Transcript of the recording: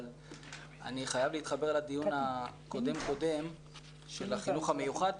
אבל אני חייב להתחבר לדיון הקודם קודם של החינוך המיוחד,